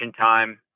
time